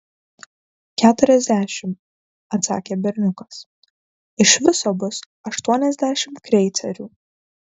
keturiasdešimt atsakė berniukas iš viso bus aštuoniasdešimt kreicerių